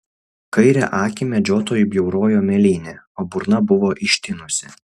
kairę akį medžiotojui bjaurojo mėlynė o burna buvo ištinusi